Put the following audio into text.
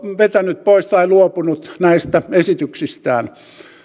vetänyt pois tai luopunut näistä esityksistään